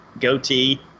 goatee